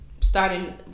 starting